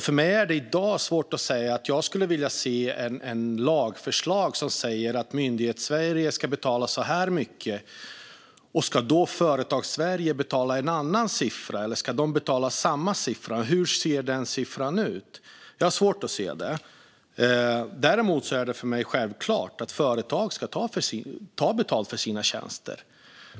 För mig är det i dag svårt att säga att jag skulle vilja se ett lagförslag som säger hur mycket Myndighetssverige ska betala. Ska då Företagssverige betala ett annat belopp eller ska de betala samma belopp, och i så fall hur mycket? Jag har svårt att se det. Däremot är det för mig självklart att företag ska ta betalt för sina tjänster.